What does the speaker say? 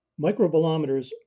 Microbolometers